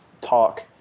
talk